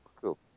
cool